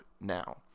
now